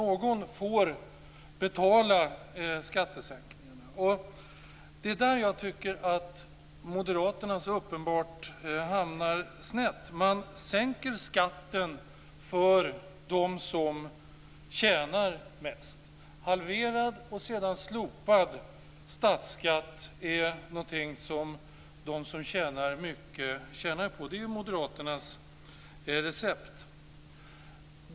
Någon får betala skattesänkningarna. Det är där jag tycker att moderaterna så uppenbart hamnar snett. Man sänker skatten för dem som tjänar mest. En halverad, och sedan slopad, statsskatt är någonting som de som tjänar mycket tjänar på. Det är moderaternas recept.